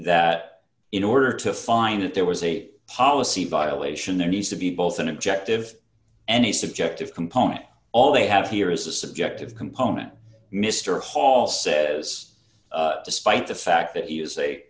that in order to find that there was a policy violation there needs to be both an objective any subjective component all they have here is a subjective component mr hall says despite the fact that